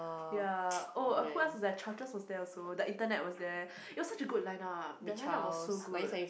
ya oh uh who else was there was there also the Internet was there it was such a good line up that line up was so good